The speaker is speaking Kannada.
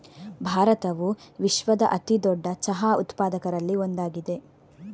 ಭಾರತವು ವಿಶ್ವದ ಅತಿ ದೊಡ್ಡ ಚಹಾ ಉತ್ಪಾದಕರಲ್ಲಿ ಒಂದಾಗಿದೆ